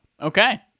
Okay